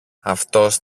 αυτός